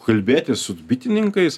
kalbėtis su bitininkais